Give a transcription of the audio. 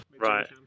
Right